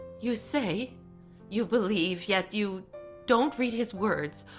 you say you believe, yet you don't read his words,